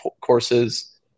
courses